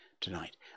tonight